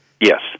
Yes